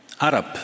Arab